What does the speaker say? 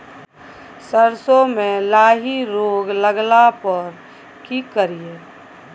सरसो मे लाही रोग लगला पर की करिये?